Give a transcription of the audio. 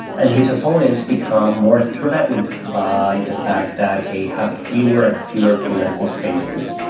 and his opponents become more threatened by the fact that they have fewer and fewer political spaces.